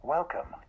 Welcome